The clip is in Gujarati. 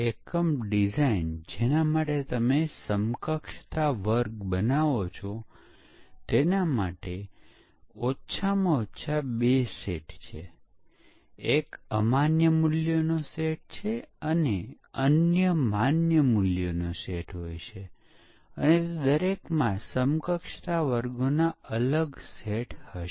ઘણા કારણો હોઈ શકે છે પરીક્ષણ કેસ તે બગને પ્રદર્શિત કરતું નથી અથવા બગ એવી રીતે બન્યું હોઇ શકે કે તે પ્રોગ્રામની નિષ્ફળતાનું કારણ હંમેશા નથી હોતું પરંતુ ત્યાં પ્રોગ્રામ નિષ્ફળ થવાની સંભાવના હોય છે